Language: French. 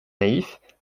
naïf